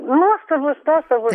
nuostabus nuostabus